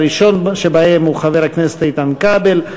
הראשון שבהם הוא חבר הכנסת איתן כבל,